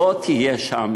לא תהיה שם